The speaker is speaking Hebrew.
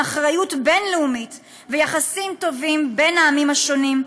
אחריות בין-לאומית ויחסים טובים בין העמים השונים,